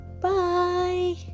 Bye